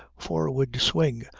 forward swing,